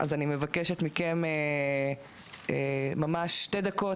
אז אני מקשת מכם ממש שתי דקות,